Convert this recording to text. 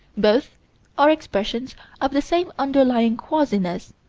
both are expressions of the same underlying quasiness,